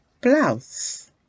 blouse